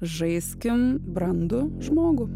žaiskim brandų žmogų